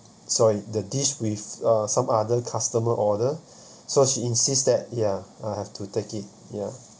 sorry the dish with uh some other customer order so she insists that ya I'll have to take it ya